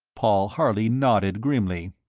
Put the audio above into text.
paul harley nodded grimly.